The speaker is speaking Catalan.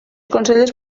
consellers